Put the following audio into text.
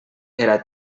era